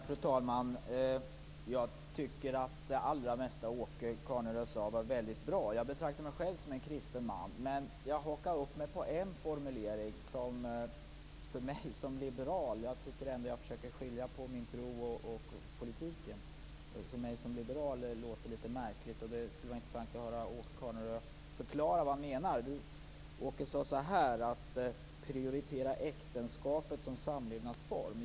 Fru talman! Jag tycker att det allra mesta Åke Carnerö sade var väldigt bra. Jag betraktar mig själv som en kristen man. Men jag hakade upp mig på en formulering som jag tycker låter litet märklig för mig som liberal, och jag tycker ändå att jag försöker skilja på min tro och politiken. Det skulle vara intressant att höra Åke Carnerö förklara vad han menar. Åke Carnerö sade att man skulle prioritera äktenskapet som samlevnadsform.